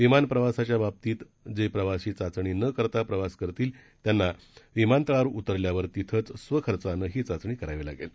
विमान प्रवासाच्या बाबतीत जे प्रवासी चाचणी न करता प्रवास करतील त्यांना विमानतळावर उतरल्यावर तिथेच स्वखर्चानं ही चाचणी करावी लागेल